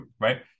right